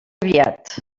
aviat